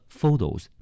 photos